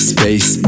Space